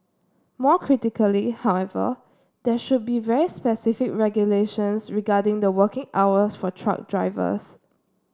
more critically however there should be very specific regulations regarding the working hours for truck drivers